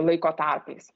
laiko tarpais